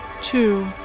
two